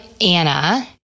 Anna